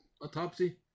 Autopsy